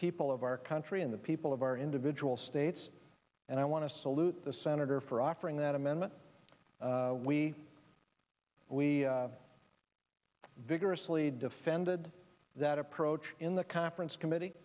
people of our country and the people of our individual states and i want to salute the senator for offering that amendment we we vigorously defended that approach in the conference committee